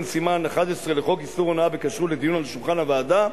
סימן 11 לחוק איסור הונאה בכשרות לדיון על שולחן הוועדה.